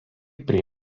prie